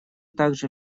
также